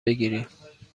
بگیریم